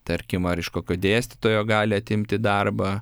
tarkim ar iš kokio dėstytojo gali atimti darbą